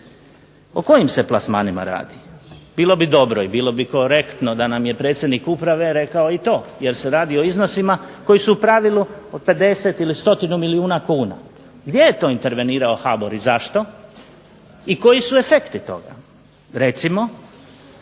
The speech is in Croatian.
O kojim se plasmanima radi? Bilo bi dobro i bilo bi korektno da nam je predsjednik uprave rekao i to, jer se radi o iznosima koji su u pravilu od 50 ili stotinu milijuna kuna. Gdje je to intervenirao HBOR i zašto, i koji su efekti toga? Recimo